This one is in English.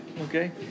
Okay